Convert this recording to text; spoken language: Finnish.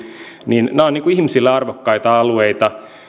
nämä ovat ihmisille arvokkaita alueita